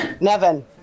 Nevin